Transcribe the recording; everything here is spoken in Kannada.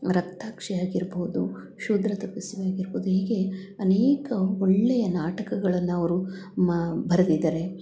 ರಕ್ತಾಕ್ಷಿ ಆಗಿರ್ಬೋದು ಶೂದ್ರ ತಪಸ್ವಿ ಆಗಿರ್ಬೋದು ಹೀಗೆ ಅನೇಕ ಒಳ್ಳೆಯ ನಾಟಕಗಳನ್ನು ಅವರು ಮಾ ಬರೆದಿದ್ದಾರೆ